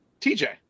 TJ